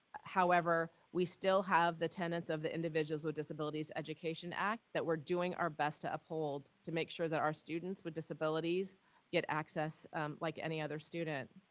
however, we still have the tenants of the individuals with disabilities education act that we're doing our best to uphold to make sure that our students with disabilities get access like any other student.